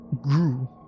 grew